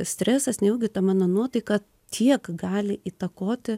stresas nejaugi ta mano nuotaika tiek gali įtakoti